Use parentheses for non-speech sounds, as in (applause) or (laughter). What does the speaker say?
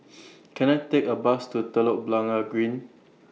(noise) Can I Take A Bus to Telok Blangah Green